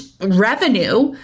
revenue